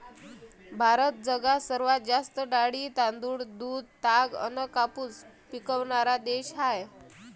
भारत जगात सर्वात जास्त डाळी, तांदूळ, दूध, ताग अन कापूस पिकवनारा देश हाय